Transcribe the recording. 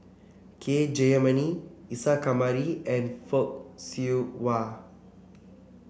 K Jayamani Isa Kamari and Fock Siew Wah